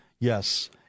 Yes